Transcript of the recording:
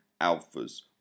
alphas